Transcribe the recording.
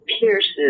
pierces